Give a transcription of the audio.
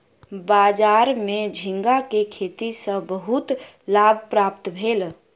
बजार में झींगा के खेती सॅ बहुत लाभ प्राप्त भेल